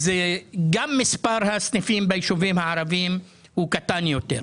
גם מספר הסניפים ביישובים הערביים קטן יותר,